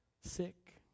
sick